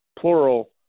plural